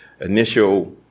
initial